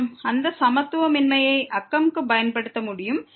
எனவே அந்த சமத்துவமின்மையை நாங்கள் நெய்பர்ஹுட்டிற்கு பயன்படுத்தலாம்